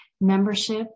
membership